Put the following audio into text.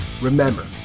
Remember